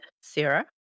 Sarah